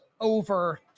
over